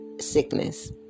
sickness